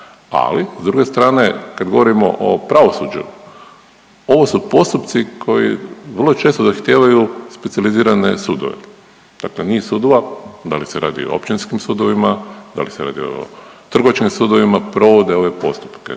ali s druge strane kad govorimo o pravosuđu ovo su postupci koji vrlo često zahtijevaju specijalizirane sudove, dakle niz sudova, da li se radi o općinskim sudovima, da li se radi o trgovačkim sudovima provode ove postupke